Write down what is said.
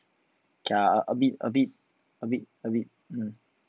okay lah a bit a bit a bit a bit mm